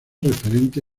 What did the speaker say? referente